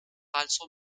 also